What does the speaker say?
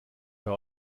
denn